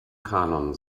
kanon